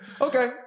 Okay